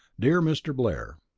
dear mr. blair,